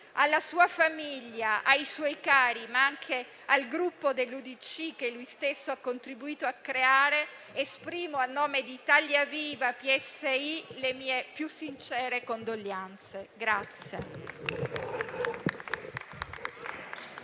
Alla sua famiglia, ai suoi cari, ma anche al Gruppo UDC, che lui stesso ha contribuito a creare, esprimo, a nome di Italia Viva - P.S.I., le nostre più sincere condoglianze.